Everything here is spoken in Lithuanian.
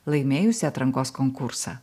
laimėjusi atrankos konkursą